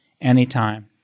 anytime